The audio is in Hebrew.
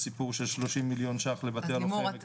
הסיפור של 30 מיליון ש"ח לבתי הלוחם.